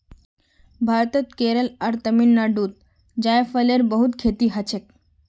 भारतत केरल आर तमिलनाडुत जायफलेर बहुत खेती हछेक